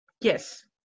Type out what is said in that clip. Yes